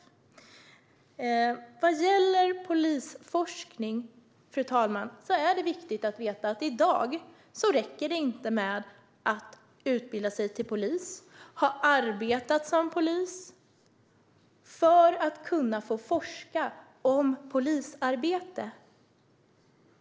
När det gäller polisforskning är det viktigt att veta att det i dag inte räcker med att utbilda sig till polis och ha arbetat som polis för att få forska om polisarbete.